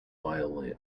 violin